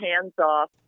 hands-off